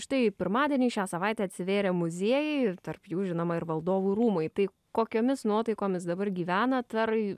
štai pirmadienį šią savaitę atsivėrė muziejai ir tarp jų žinoma ir valdovų rūmai tai kokiomis nuotaikomis dabar gyvenat ar